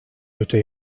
öte